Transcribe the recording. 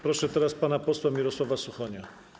Proszę teraz pana posła Mirosława Suchonia.